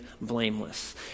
blameless